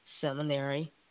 Seminary